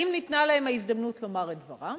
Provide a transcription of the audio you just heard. אם ניתנה להם ההזדמנות לומר את דברם.